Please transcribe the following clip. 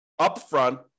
upfront